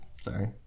Sorry